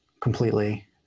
completely